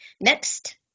next